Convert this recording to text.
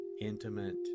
intimate